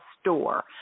store